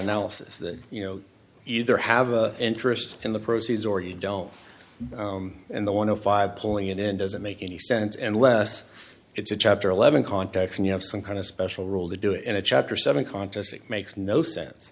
analysis that you know either have an interest in the proceeds or you don't and the one o five pulling it in doesn't make any sense and less it's a chapter eleven contacts and you have some kind of special rule to do it in a chapter seven contests it makes no sense